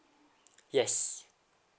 yes